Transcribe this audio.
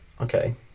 okay